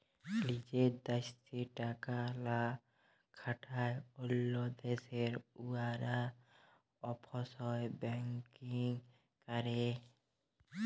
লিজের দ্যাশে টাকা লা খাটায় অল্য দ্যাশে উয়ারা অফশর ব্যাংকিং ক্যরে